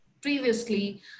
previously